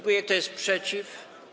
Kto jest przeciw?